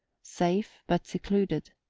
safe but secluded.